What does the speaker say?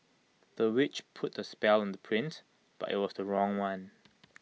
the witch put A spell on the prince but IT was the wrong one